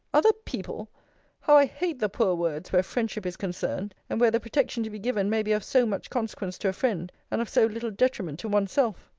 other people how i hate the poor words, where friendship is concerned, and where the protection to be given may be of so much consequence to a friend, and of so little detriment to one's self?